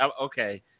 okay